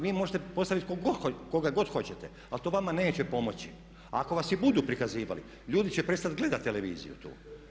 Vi možete postaviti koga god hoćete ali to vama neće pomoći, ako vas i budu prikazivali ljudi će prestat gledat televiziju tu.